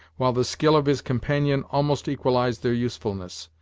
while the skill of his companion almost equalized their usefulness,